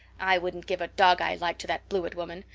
i wouldn't give a dog i liked to that blewett woman,